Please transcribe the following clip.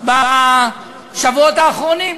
בשבועות האחרונים.